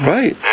Right